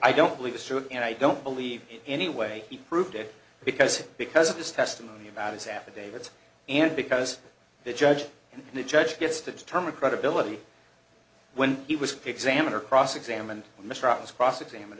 i don't believe it's true and i don't believe it anyway he proved it because because of his testimony about his affidavit and because the judge and the judge gets to determine credibility when he was examiner cross examined mistrials cross examined